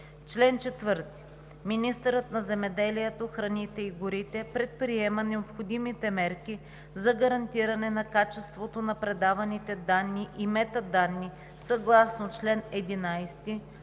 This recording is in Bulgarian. „Чл. 4. Министърът на земеделието, храните и горите предприема необходимите мерки за гарантиране на качеството на предаваните данни и метаданни съгласно чл. 11,